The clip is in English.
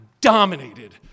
dominated